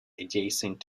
adjacent